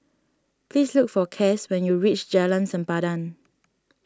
please look for Cas when you reach Jalan Sempadan